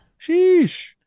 Sheesh